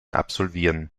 absolvieren